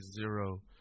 zero